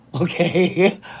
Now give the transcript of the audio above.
Okay